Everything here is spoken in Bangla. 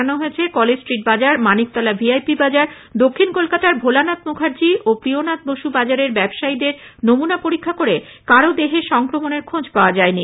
পুরসভা সূত্রে জানানো হয়েছে কলেজ স্ট্রিট বাজার মানিকতলা ভিআইপি বাজার দক্ষিণ কলকাতার ভোলানাথ মুখার্জী ও প্রিয়নাথ বসু বাজারের ব্যবসায়ীদের নমুনা পরীক্ষা করে কারো দেহে সংক্রমণের খোঁজ পাওয়া যায়নি